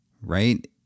right